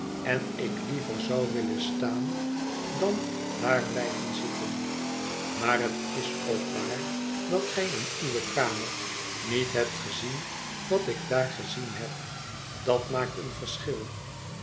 en ik liever zou willen staan dan daar blijven zitten maar het is ook waar dat gij in uwe kamer niet hebt gezien wat ik daar gezien heb dat maakt een verschil